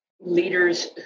leaders